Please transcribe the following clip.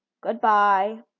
Goodbye